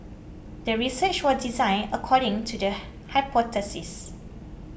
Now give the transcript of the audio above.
the research was designed according to the hypothesis